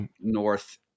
north